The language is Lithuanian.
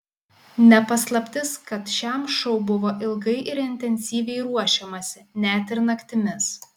ne paslaptis kad šiam šou buvo ilgai ir intensyviai ruošiamasi net ir naktimis